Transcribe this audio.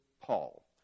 Paul